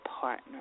partner